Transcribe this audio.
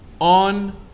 on